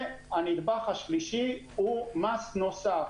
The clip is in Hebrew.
הנדבך השלישי הוא מס נוסף,